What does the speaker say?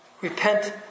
repent